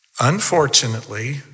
Unfortunately